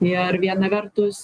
ir viena vertus